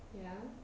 ya